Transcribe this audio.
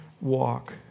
walk